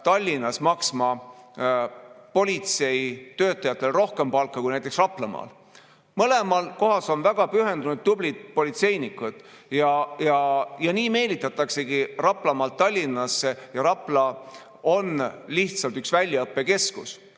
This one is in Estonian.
Tallinnas maksma politseitöötajatele rohkem palka kui näiteks Raplamaal? Mõlemas kohas on väga pühendunud tublid politseinikud. Nii meelitatakse Raplamaalt Tallinnasse ja Rapla on lihtsalt üks väljaõppekeskus.